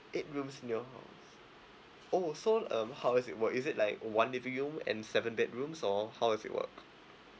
eight rooms in your house oh so um how does it work is it like one living room and seven bedrooms or how does it work